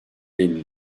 elli